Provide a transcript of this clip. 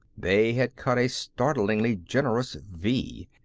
they had cut a startlingly generous v.